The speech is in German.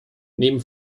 neben